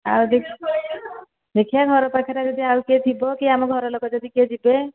ଆଉ ଦେଖିବା ଘର ପାଖରେ ଯଦି ଆଉ କିଏ ଥିବ କି ଆମ ଘର ଲୋକ ଯଦି କିଏ ଯିବେ